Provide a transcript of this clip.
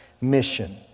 mission